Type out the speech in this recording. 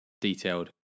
detailed